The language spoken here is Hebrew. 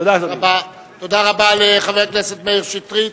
תודה רבה לחבר הכנסת מאיר שטרית,